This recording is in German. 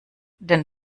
den